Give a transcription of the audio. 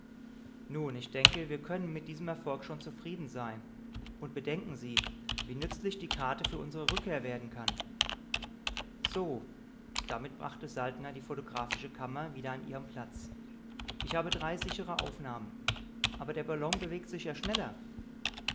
nun ich denke wir können mit diesem erfolg schon zufrieden sein und bedenken sie wie nützlich die karte für unsere rückkehr werden kann so damit brachte saltner die photographische kammer wieder an ihren platz ich habe drei sichere aufnahmen aber der ballon bewegt sich ja schneller